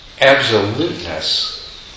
absoluteness